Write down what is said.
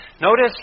Notice